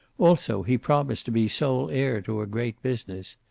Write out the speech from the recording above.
also he promised to be sole heir to a great business.